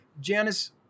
Janice